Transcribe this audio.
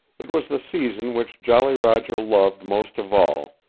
it was the season which jolly roger loved most of all,